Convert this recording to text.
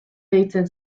deitzen